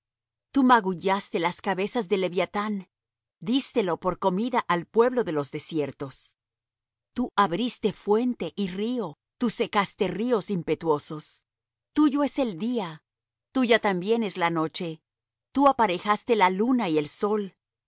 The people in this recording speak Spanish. tú magullaste las cabezas del leviathán dístelo por comida al pueblo de los desiertos tú abriste fuente y río tú secaste ríos impetuosos tuyo es el día tuya también es la noche tú aparejaste la luna y el sol